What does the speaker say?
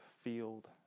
field